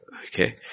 Okay